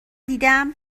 دیدم